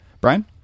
Brian